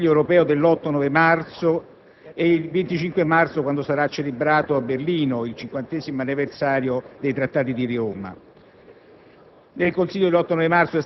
portoghese e slovena, tra il Consiglio europeo dell'8‑9 marzo e il 25 marzo, quando sarà celebrato a Berlino il 50° anniversario dei Trattati di Roma.